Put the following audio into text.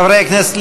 חברי הכנסת,